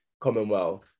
Commonwealth